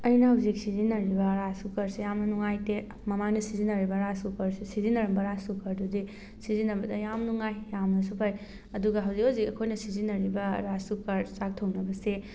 ꯑꯩꯅ ꯍꯧꯖꯤꯛ ꯁꯤꯖꯤꯟꯅꯔꯤꯕ ꯔꯥꯏꯁ ꯀꯨꯀꯔꯁꯦ ꯌꯥꯝꯅ ꯅꯨꯡꯉꯥꯏꯇꯦ ꯃꯃꯥꯡꯗ ꯁꯤꯖꯤꯟꯅꯔꯤꯕ ꯔꯥꯏꯁ ꯀꯨꯀꯔꯁꯤ ꯁꯤꯖꯤꯟꯅꯔꯝꯕ ꯔꯥꯏꯁ ꯀꯨꯀꯔꯗꯨꯗꯤ ꯁꯤꯖꯤꯟꯅꯕꯗ ꯌꯥꯝ ꯅꯨꯡꯉꯥꯏ ꯌꯥꯝꯅꯁꯨ ꯐꯩ ꯑꯗꯨꯒ ꯍꯧꯖꯤꯛ ꯍꯧꯖꯤꯛ ꯑꯩꯈꯣꯏꯅ ꯁꯤꯖꯤꯟꯅꯔꯤꯕ ꯔꯥꯏꯁ ꯀꯨꯀꯔ ꯆꯥꯛ ꯊꯣꯡꯅꯕꯁꯦ